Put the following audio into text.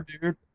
dude